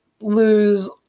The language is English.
lose